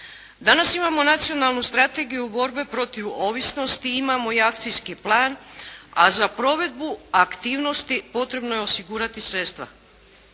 Danas imamo nacionalnu strategiju borbe protiv ovisnosti, imamo i akcijski plan, a za provedbu aktivnosti potrebno je osigurati sredstva.